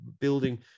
building